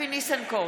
אבי ניסנקורן,